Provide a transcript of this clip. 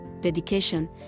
dedication